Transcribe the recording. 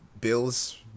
Bills –